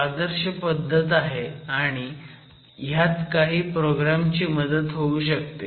ही आदर्श पद्धत आहे आणि ह्यात काही प्रोग्रॅम ची मदत होऊ शकते